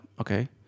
Okay